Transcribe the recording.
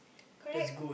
correct